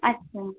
আচ্ছা